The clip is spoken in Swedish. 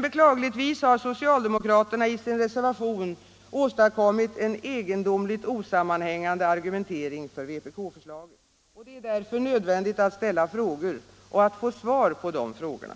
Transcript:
Beklagligtvis har socialdemokraterna i sin reservation åstadkommit en egendomligt osammanhängande argumentering för vpk-förslaget. Det är därför nödvändigt att ställa frågor — och att få svar på dessa frågor.